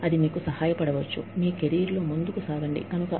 ఇది మీ కెరీర్లో ముందుకు సాగడానికి మీకు సహాయపడవచ్చు